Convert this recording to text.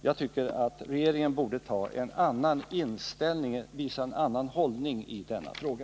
Jag tycker att regeringen borde visa en annan hållning i denna fråga.